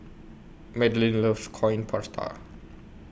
Madelyn loves Coin Prata